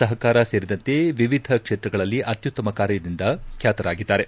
ಸಹಕಾರ ಸೇರಿದಂತೆ ವಿವಿಧ ಕ್ಷೇತ್ರಗಳಲ್ಲಿ ಅತ್ಯುತ್ತಮ ಕಾರ್ಯದಿಂದ ಖ್ಯಾತರಾಗಿದ್ದಾರೆ